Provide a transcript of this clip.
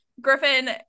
Griffin